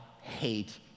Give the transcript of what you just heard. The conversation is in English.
hate